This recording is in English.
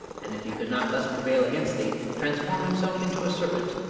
and if he could not thus prevail against thee, transform himself into a serpent,